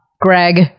Greg